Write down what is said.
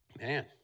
Man